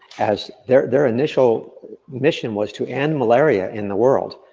as their their initial mission was to end malaria in the world,